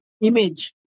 image